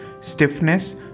stiffness